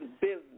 business